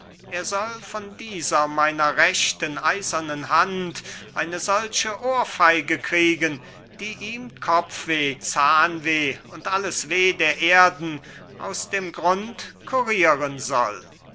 er soll von dieser meiner rechten eisernen hand eine solche ohrfeige kriegen die ihm kopfweh zahnweh und alles weh der erden aus dem grund kurieren soll